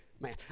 man